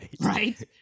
right